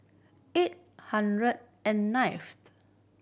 eight hundred and ninth